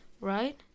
right